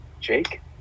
Jake